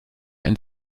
ein